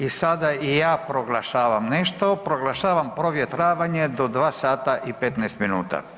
I sada i ja proglašavam nešto, proglašavam provjetravanje do 2 sata i 15 minuta.